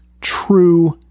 true